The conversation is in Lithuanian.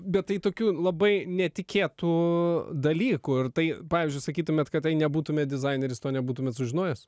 bet tai tokių labai netikėtų dalykų ir tai pavyzdžiui sakytumėt kad tai nebūtumėt dizaineris to nebūtumėt sužinojęs